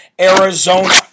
Arizona